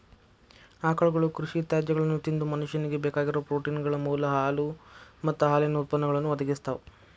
ಆಕಳುಗಳು ಕೃಷಿ ತ್ಯಾಜ್ಯಗಳನ್ನ ತಿಂದು ಮನುಷ್ಯನಿಗೆ ಬೇಕಾಗಿರೋ ಪ್ರೋಟೇನ್ಗಳ ಮೂಲ ಹಾಲು ಮತ್ತ ಹಾಲಿನ ಉತ್ಪನ್ನಗಳನ್ನು ಒದಗಿಸ್ತಾವ